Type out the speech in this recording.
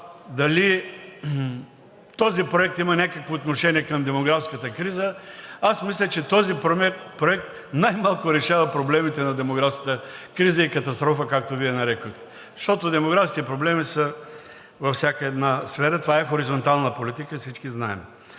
дали този проект има някакви отношения към демографската криза, аз мисля, че този проект най-малко решава проблемите на демографската криза и катастрофа, както Вие я нарекохте. Защото демографските проблеми са във всяка една сфера. Това е хоризонтална политика, всички знаем.